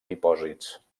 dipòsits